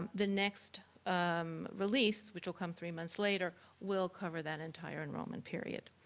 the next um release, which will come three months later, will cover that entire enrollment period.